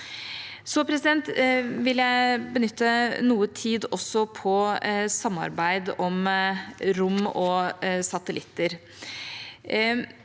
Så vil jeg benytte noe tid på samarbeid om rom og satellitter.